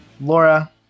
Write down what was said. Laura